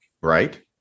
right